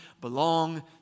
belong